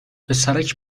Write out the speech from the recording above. پسرک